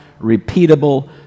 repeatable